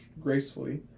gracefully